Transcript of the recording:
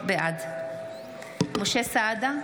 בעד משה סעדה,